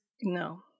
No